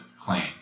claim